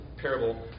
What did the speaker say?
parable